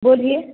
बोलिए